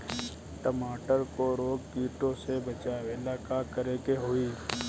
टमाटर को रोग कीटो से बचावेला का करेके होई?